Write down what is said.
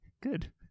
Good